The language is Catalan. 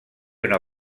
una